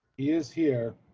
is here.